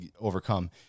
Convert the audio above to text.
overcome